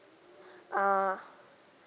ah